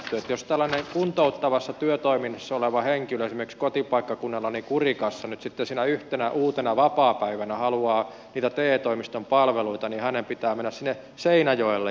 jos tällainen kuntouttavassa työtoiminnassa oleva henkilö esimerkiksi kotipaikkakunnallani kurikassa nyt sitten sinä yhtenä uutena vapaapäivänä haluaa niitä te toimiston palveluita niin hänen pitää mennä sinne seinäjoelle